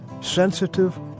sensitive